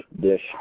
dish